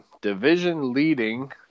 Division-leading